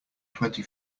twenty